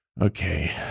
Okay